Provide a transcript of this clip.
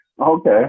Okay